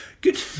good